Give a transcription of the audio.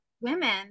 women